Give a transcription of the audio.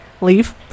leave